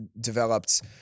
developed